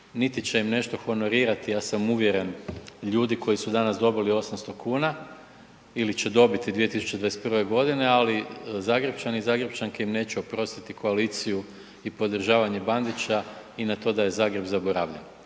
niti će im nešto honorirati. Ja sam uvjeren, ljudi koji su danas dobili 800 kuna ili će dobiti 2021. g., ali Zagrepčani i Zagrepčanke im neće oprostiti koaliciju i podržavanje Bandića i na to da je Zagreb zaboravljen,